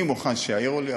אני מוכן שיעירו לי,